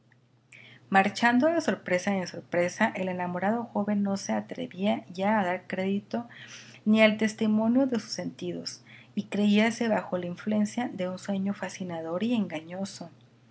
marchando de sorpresa en sorpresa el enamorado joven no se atrevía ya a dar crédito ni al testimonio de sus sentidos y creíase bajo la influencia de un sueño fascinador y engañoso